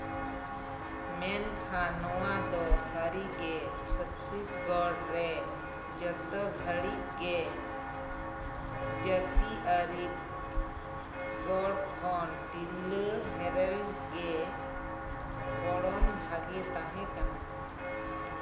ᱢᱮᱱᱠᱷᱟᱱ ᱱᱚᱣᱟ ᱫᱚ ᱥᱟᱹᱨᱤᱜᱮ ᱪᱷᱚᱛᱨᱤᱥᱜᱚᱲ ᱨᱮ ᱡᱚᱛᱚ ᱜᱷᱟᱹᱲᱤᱡ ᱜᱮ ᱡᱟᱹᱛᱭᱟᱹᱨᱤ ᱜᱚᱲ ᱠᱷᱚᱱ ᱛᱤᱨᱞᱟᱹᱼᱦᱮᱨᱮᱞ ᱜᱮ ᱯᱚᱲᱦᱚᱱ ᱵᱷᱟᱜᱮ ᱛᱟᱦᱮᱸ ᱠᱟᱱᱟ